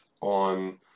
on